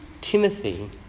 Timothy